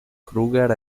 kruger